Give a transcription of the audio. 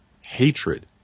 hatred